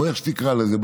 או איך שתקרא לזה,